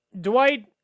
Dwight